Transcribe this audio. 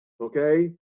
Okay